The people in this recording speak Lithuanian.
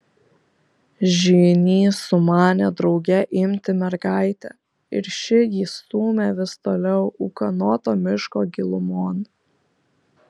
žynys sumanė drauge imti mergaitę ir ši jį stūmė vis toliau ūkanoto miško gilumon